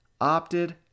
opted